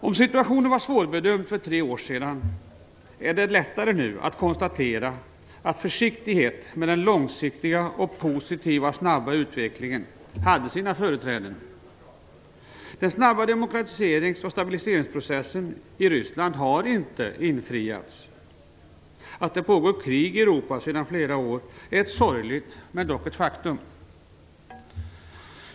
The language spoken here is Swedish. Om situationen var svårbedömd för tre år sedan är det lättare nu att konstatera att försiktighet med den långsiktiga och positiva snabba utvecklingen har sina företräden. Förhoppningen om en snabb demokratiserings och stabiliseringsprocess i Ryssland har inte infriats. Att det pågår krig i Europa sedan flera år är ett sorgligt faktum.